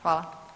Hvala.